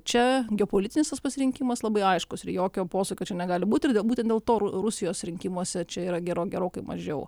čia geopolitinis tas pasirinkimas labai aiškus ir jokio posūkio čia negali būti ir būtent dėl to rusijos rinkimuose čia yra gero gerokai mažiau